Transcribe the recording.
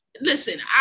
Listen